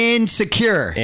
Insecure